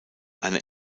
eine